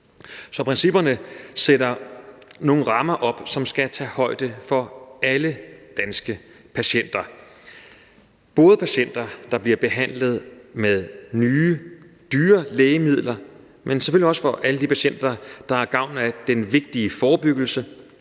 Så principperne sætter nogle rammer op, som skal tage højde for alle danske patienter – både patienter, der bliver behandlet med nye dyre lægemidler, men selvfølgelig også alle de patienter, der har gavn af den vigtige forebyggelse,